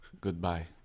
goodbye